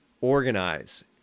organize